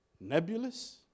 nebulous